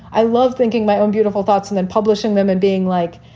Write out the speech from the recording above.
i love thinking my own beautiful thoughts and then publishing them and being like,